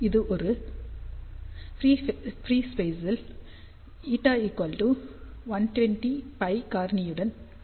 இது ஃப்ரீ ஸ்பேசில் η 120 π காரணிடன் உள்ளது